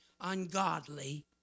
ungodly